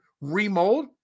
remold